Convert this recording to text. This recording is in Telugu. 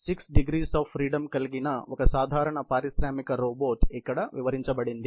6 డిగ్రీస్ ఆఫ్ ఫ్రీడమ్ కలిగిన ఒక సాధారణ పారిశ్రామిక రోబోట్ ఇక్కడ వివరించబడింది